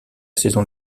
saison